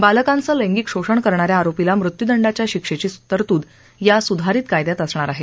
बालकांचं लैंगिक शोषण करणाऱ्या आरोपीला मृत्यूदंडाच्या शिक्षेची तरतूद या सुधारित कायद्यात असणार आहे